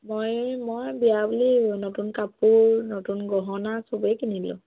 মই মই বিয়া বুলি নতুন কাপোৰ নতুন গহনা চবেই কিনিলোঁ